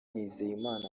nizeyimana